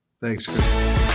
Thanks